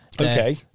Okay